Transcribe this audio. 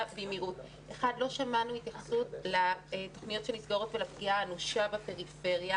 לא שמענו התייחסות לתוכניות שנסגרות ועל הפגיעה האנושה בפריפריה